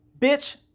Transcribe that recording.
bitch